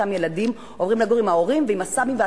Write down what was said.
אותם ילדים עוברים לגור עם ההורים ועם הסבים והסבתות,